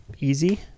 easy